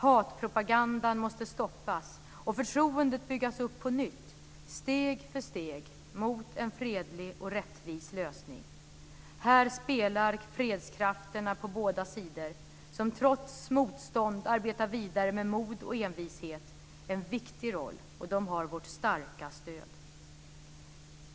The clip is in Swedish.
Hatpropagandan måste stoppas, och förtroendet byggas upp på nytt steg för steg mot en fredlig och rättvis lösning. Här spelar fredskrafterna på båda sidor, som trots motstånd arbetar vidare med mod och envishet, en viktig roll, och de har vårt starka stöd.